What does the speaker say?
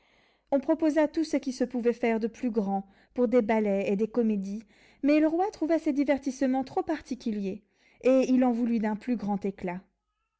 on proposa tout ce qui se pouvait faire de plus grand pour des ballets et des comédies mais le roi trouva ces divertissements trop particuliers et il en voulut d'un plus grand éclat